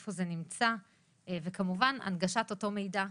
איפה זה נמצא וכמובן הנגשת אותו המידע,